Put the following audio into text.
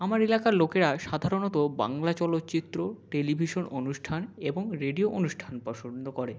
আমার এলাকার লোকেরা সাধারণত বাংলা চলচ্চিত্র টেলিভিশন অনুষ্ঠান এবং রেডিও অনুষ্ঠান পছন্দ করে